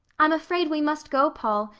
i'm afraid we must go, paul,